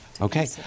Okay